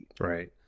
Right